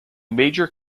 major